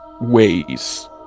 ways